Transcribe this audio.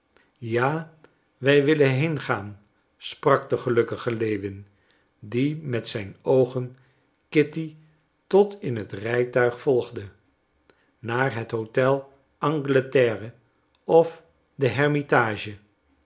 ja wij willen heengaan sprak de gelukkige lewin die met zijn oogen kitty tot in het rijtuig volgde naar het hotel angleterre of de hermitage